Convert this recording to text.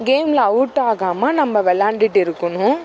கேமில் அவுட் ஆகாமல் நம்ம விளாண்டுட்டு இருக்கணும்